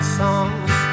songs